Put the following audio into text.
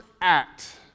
act